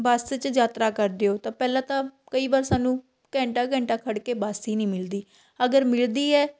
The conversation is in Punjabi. ਬੱਸ 'ਚ ਯਾਤਰਾ ਕਰਦੇ ਹੋ ਤਾਂ ਪਹਿਲਾਂ ਤਾਂ ਕਈ ਵਾਰ ਸਾਨੂੰ ਘੰਟਾ ਘੰਟਾ ਖੜ੍ਹਕੇ ਬੱਸ ਹੀ ਨਹੀਂ ਮਿਲਦੀ ਅਗਰ ਮਿਲਦੀ ਹੈ